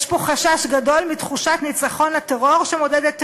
יש פה חשש גדול מתחושת ניצחון לטרור שמעודדת טרור.